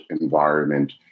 environment